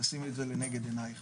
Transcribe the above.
תשימי את זה לנגד עינייך.